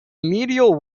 medial